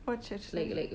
what church story